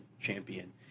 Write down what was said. champion